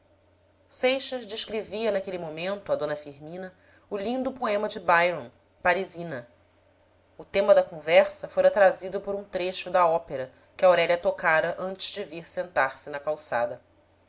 seixas descrevia naquele momento a d firmina o lindo poema de byron parisina o tema da conversa fora trazido por um trecho da ópera que aurélia tocara antes de vir sentar-se na calçada